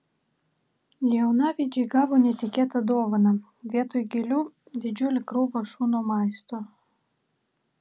jaunavedžiai gavo netikėtą dovaną vietoj gėlių didžiulė krūva šunų maisto